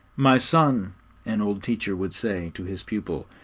my son an old teacher would say to his pupil,